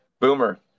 Boomer